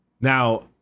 Now